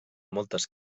moltes